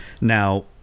Now